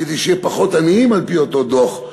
כדי שיהיו פחות עניים על-פי אותו דוח.